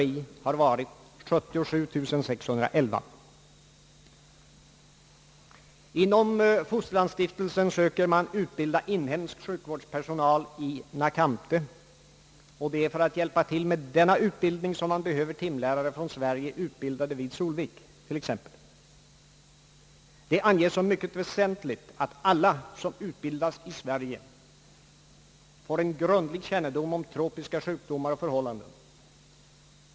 — I förhållande till behovet är detta alldeles otillräckligt. Inom Fosterlandsstiftelsen söker man utbilda inhemsk sjukvårdspersonal i Nakamte, och det är för att hjälpa till med denna utbildning som man behöver timlärare från Sverige utbildade vid t.ex. Solvik. Det anges som mycket väsentligt att alla som utbildas i Sverige får grundlig kännedom om tropiska sjukdomar och förhållanden.